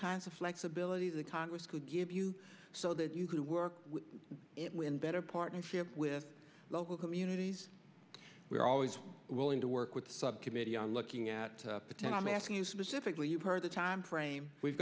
kinds of flexibility that congress could give you so that you can work it when better partnership with local communities we are always willing to work with subcommittee on looking at the time asking you specifically you've heard the time frame we've